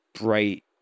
bright